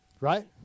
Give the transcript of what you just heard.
Right